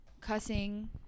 cussing